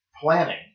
planning